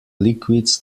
liquids